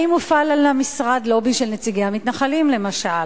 האם הופעל על המשרד לובי של נציגי המתנחלים, למשל?